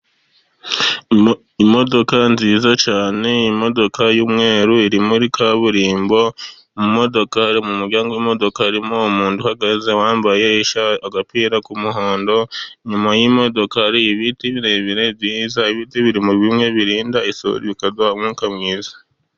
imodoka nziza cyane, imodokadoka y'umweru iri muri kaburimbo, mu muryango w'imodoka, harimo umuntu uhagaze, wambaye agapira k'umuhondo, inyuma y'modoka hari ibiti birebire byiza, ibiti biri mu bimwe; birinda isuri, bikaduha umwuka mwiza.